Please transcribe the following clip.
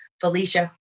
felicia